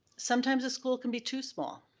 sometimes a school can be too small.